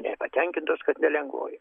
nepatenkintos kad ne lengvoji